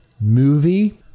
movie